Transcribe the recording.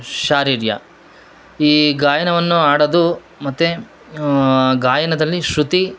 ಶಾರೀರ ಈ ಗಾಯನವನ್ನು ಹಾಡದು ಮತ್ತು ಗಾಯನದಲ್ಲಿ ಶೃತಿ